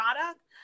product